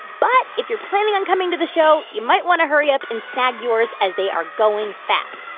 but if you're planning on coming to the show, you might want to hurry up and snag yours, as they are going fast.